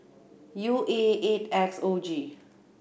U A eight X O G